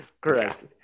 Correct